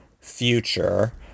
future